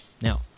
Now